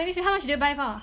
how much did they buy for